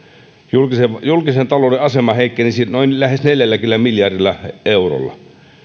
julkisen julkisen talouden asema heikkeni lähes neljälläkymmenellä miljardilla eurolla